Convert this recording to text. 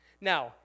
Now